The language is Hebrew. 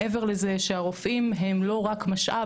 מעבר לזה שהרופאים הם לא רק משאב,